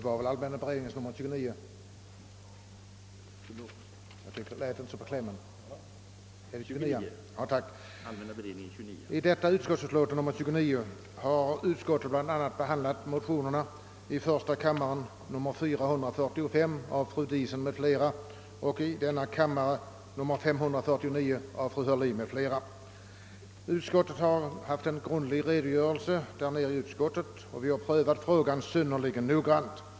I allmänna beredningsutskottets utlåtande nr 29 har utskottet bl.a. behandlat motionsparet I: 445 av fru Diesen m.fl. och II: 549 av fru Heurlin m.fl. Utskottet har prövat frågan synnerligen noggrant.